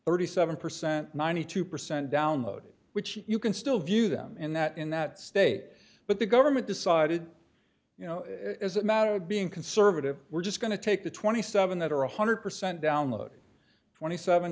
thirty seven percent ninety two percent downloaded which you can still view them in that in that state but the government decided you know as a matter of being conservative we're just going to take the twenty seven dollars that are one hundred percent downloaded twenty seven